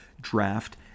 draft